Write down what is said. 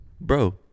Bro